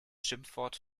schimpfwort